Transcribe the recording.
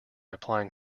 applying